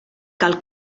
cal